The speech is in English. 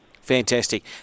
Fantastic